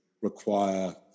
require